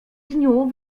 dniu